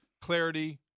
clarity